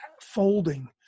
folding